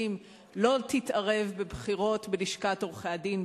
לא תתערב בבחירות בלשכת עורכי-הדין.